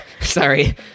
Sorry